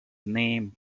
name